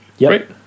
Right